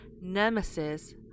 Nemesis